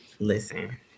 Listen